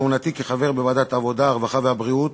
ולכהונתי כחבר בוועדת העבודה, הרווחה והבריאות,